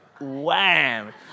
wham